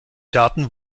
daten